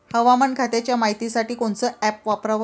हवामान खात्याच्या मायतीसाठी कोनचं ॲप वापराव?